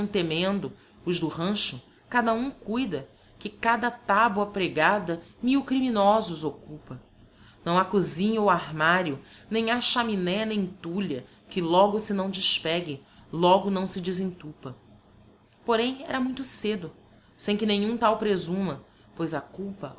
temendo os do rancho cada um cuida que cada taboa pregada mil criminosos occupa não ha cozinha ou armario nem ha chaminé nem tulha que logo se não despegue logo não se desentupa porém era muito cedo sem que nenhum tal presuma pois a culpa